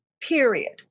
period